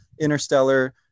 interstellar